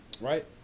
Right